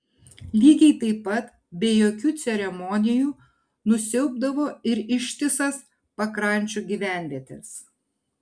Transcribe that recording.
lygiai taip pat be jokių ceremonijų nusiaubdavo ir ištisas pakrančių gyvenvietes